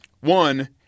one